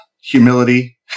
humility